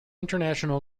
international